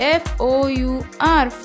four